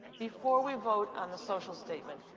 before we vote on the social statement,